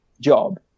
job